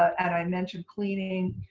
and i mentioned cleaning.